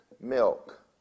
milk